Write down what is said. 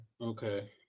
Okay